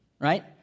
right